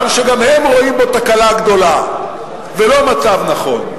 שגם הם רואים בו תקלה גדולה ולא מצב נכון.